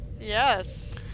Yes